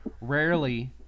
Rarely